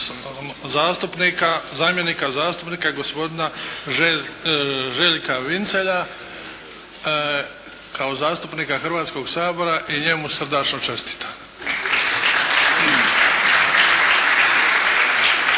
zamjenika zastupnika gospodina Željka Vincelja kao zastupnika Hrvatskog sabora i njemu srdačno čestitam.